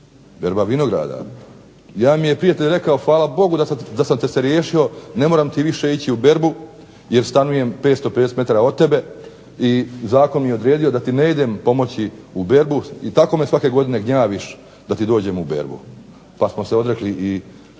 Berba vinograda, jedan mi je prijatelj rekao hvala Bogu da sam te se riješio ne moram ti više ići u berbu jer stanujem 550 metara od tebe i Zakon mi je odredio da ti ne idem pomoći u berbu, i tako me svake godine gnjaviš da ti dođem u berbu, pa ćemo se odreći i